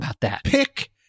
pick